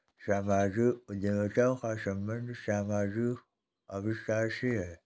सामाजिक उद्यमिता का संबंध समाजिक आविष्कार से है